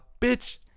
bitch